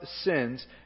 sins